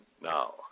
Now